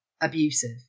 abusive